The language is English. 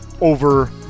over